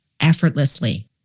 effortlessly